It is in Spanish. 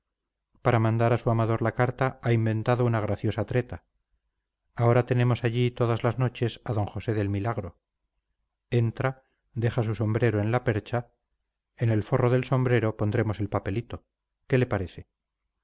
para mandar a su amador la carta ha inventado una graciosa treta ahora tenemos allí todas las noches a d josé del milagro entra deja su sombrero en la percha en el forro del sombrero pondremos el papelito qué le parece